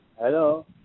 Hello